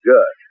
Good